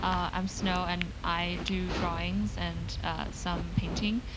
um i'm snow, and i do drawings and some painting.